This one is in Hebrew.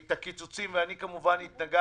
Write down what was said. את הקיצוצים ואני כמובן התנגדתי